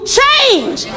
change